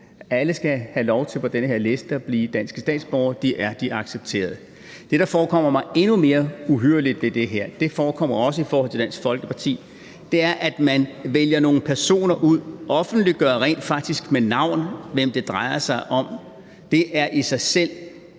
liste skal have lov til at blive danske statsborgere; det er blevet accepteret. Det, der forekommer mig endnu mere uhyrligt ved det her, er også i forhold til Dansk Folkeparti. Det er, at man vælger nogle personer ud og rent faktisk offentliggør med navn, hvem det drejer sig om, og det er i sig selv